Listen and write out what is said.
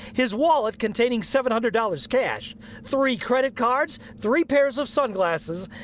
his wallet containing seven hundred dollars cash, three credit cards, three pairs of sunglasses,